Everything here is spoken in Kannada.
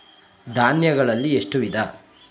ಧಾನ್ಯಗಳಲ್ಲಿ ಎಷ್ಟು ವಿಧ?